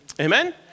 Amen